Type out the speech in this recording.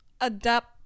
Adapt